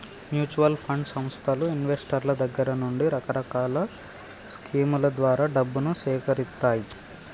mutual fund సంస్థలు ఇన్వెస్టర్ల దగ్గర నుండి రకరకాల స్కీముల ద్వారా డబ్బును సేకరిత్తాయి